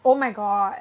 oh my god